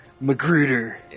Magruder